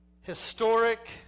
Historic